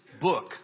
book